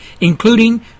including